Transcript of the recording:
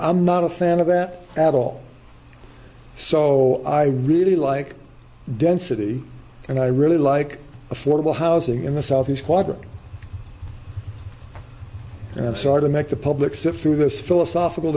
i'm not a fan of that at all so i really like density and i really like affordable housing in the southeast quadrant and sort of make the public sift through this philosophical